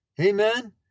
Amen